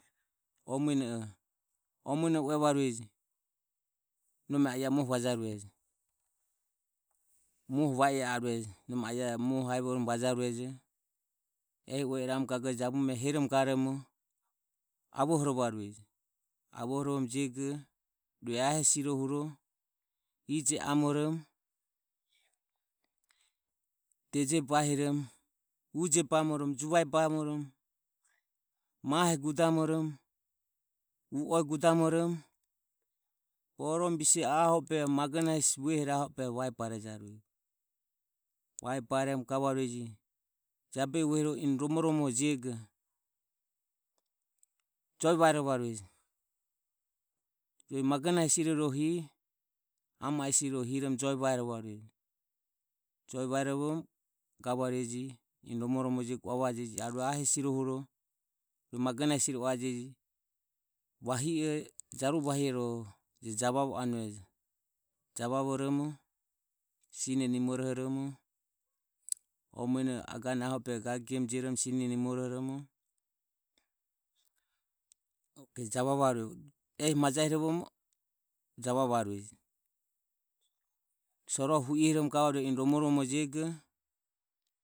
O muene uevarueje nome a i a muoho vajaruejo Muoho va i e aruejo nome a ia e muoho aevoromo muoho vajaruejo ehi ue i ramu jabume heromo ga i ramu avohorovarueje. Avohorovoromo jego rue ae hesirohuro ije amoromo deje bahiromo uje bamoromo juvae bamoromo mahe gudamoromo bamoromo u oe gudamoromo borome bise e aho obehe magonahe hesiroho mue aho o vajuereje vae bareromo gavarueje jabehi vuehorohu o eni romoromorejego joe vairovarueje rue magona hesi ro hi ama o hesi ro hiromo joho vaerovoromo joe vaerovoromo gavarueje eni romoromorojejo ae hesirohuro rue magonahe hesi roho ua vajeje vahi e jaruvo vahire ro javavo anuejo. Javavoromo sine nimorohoromo o muene agane aho o gage gemore jioromo sine nimorohoromo javavarueje ehi majahirovoromo javavarueje soroho hu i horomo ga anue romoromojego.